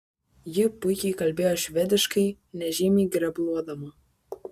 ji puikiai kalbėjo švediškai nežymiai grebluodama